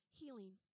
healing